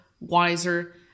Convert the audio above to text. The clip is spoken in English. wiser